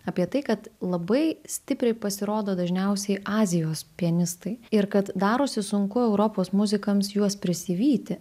apie tai kad labai stipriai pasirodo dažniausiai azijos pianistai ir kad darosi sunku europos muzikams juos prisivyti